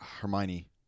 Hermione